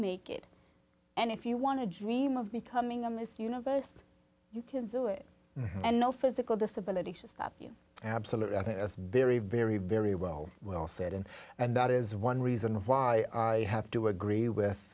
make it and if you want to dream of becoming a miss universe you can do it and no physical disability to stop you absolutely i think that's very very very well well said and and that is one reason why i have to agree with